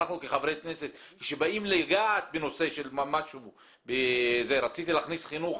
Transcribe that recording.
אנחנו כחברי כנסת שבאים לגעת בנושא כלשהו רציתי להכניס חינוך